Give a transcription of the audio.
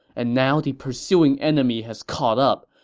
and now the pursuing enemy has caught up.